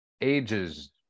ages